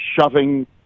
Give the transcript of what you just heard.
shoving